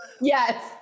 yes